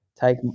take